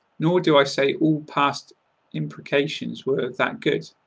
nor do i say all past imprecations were that good.